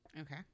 Okay